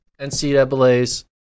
NCAAs